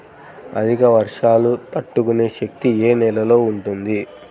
అధిక వర్షాలు తట్టుకునే శక్తి ఏ నేలలో ఉంటుంది?